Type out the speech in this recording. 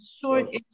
short